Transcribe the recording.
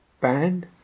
band